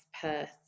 Perth